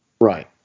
Right